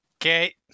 Okay